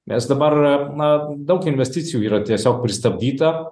nes dabar na daug investicijų yra tiesiog pristabdyta